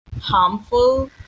harmful